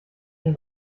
den